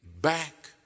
back